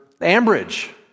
Ambridge